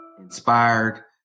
inspired